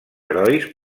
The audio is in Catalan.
herois